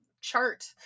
chart